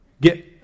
get